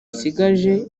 isigaje